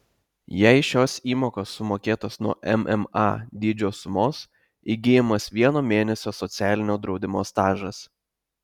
jei šios įmokos sumokėtos nuo mma dydžio sumos įgyjamas vieno mėnesio socialinio draudimo stažas